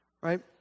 right